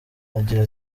agira